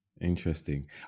Interesting